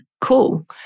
cool